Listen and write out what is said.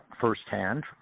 firsthand